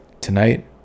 tonight